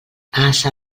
ase